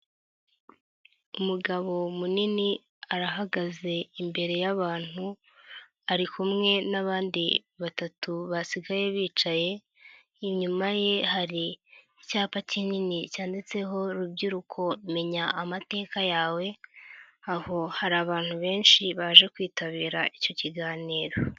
Umugabo munini arahagaze imbere y'abantu, ari kumwe n'abandi batatu basigaye bicaye, inyuma ye hari icyapa kinini cyanditseho rubyiruko menya amateka yawe, aho hari abantu benshi baje kwitabira icyo kiganiro.